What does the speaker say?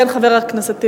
כן, חבר הכנסת טיבי.